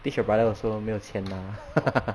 teach your brother also 没有钱拿